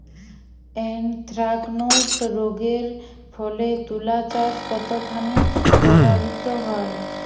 Anthracnose রোগ এর ফলে তুলাচাষ কতখানি প্রভাবিত হয়?